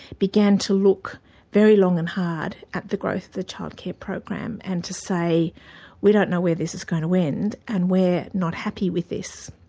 began to look very long and hard at the growth of the childcare program, and to say we don't know where this is going to end, and we're not happy with this.